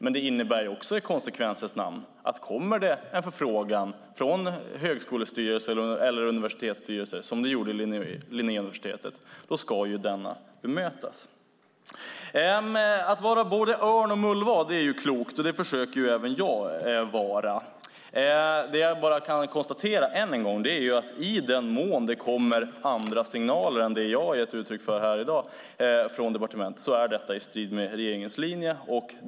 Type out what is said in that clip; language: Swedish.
Men det innebär också i konsekvensens namn att kommer det en förfrågan från högskolestyrelsen eller universitetsstyrelsen, som det gjorde i fråga om Linnéuniversitetet, ska den bemötas. Att vara både örn och mullvad är klokt. Det försöker även jag vara. Det jag kan konstatera än en gång är att i den mån det kommer andra signaler än dem jag har gett uttryck för här i dag från departement står detta i strid med regeringens linje.